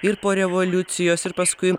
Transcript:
ir po revoliucijos ir paskui